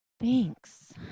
thanks